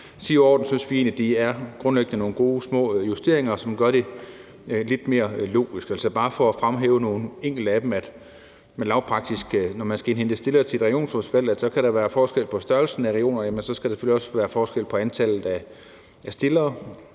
set synes vi grundlæggende, det er nogle gode, små justeringer, som gør det lidt mere logisk. Altså, bare for at fremhæve nogle enkelte af dem kan jeg komme med nogle lavpraktiske eksempler. Når man skal indhente stillere til et regionsrådsvalg, kan der være forskel på størrelsen af regionerne, og så skal der selvfølgelig også være forskel på antallet af stillere.